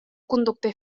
conductor